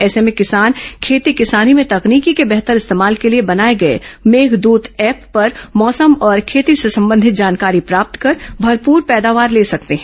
ऐसे में किसान खेती किसानी में तकनीक के बेहतर इस्तेमाल के लिए बनाए गए मेघद्रत ऐप पर मौसम और खेती से सम्बधित जानकारी प्राप्त कर भरपूर पैदावार ले सकते हैं